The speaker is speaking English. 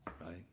right